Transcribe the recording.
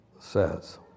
says